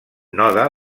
node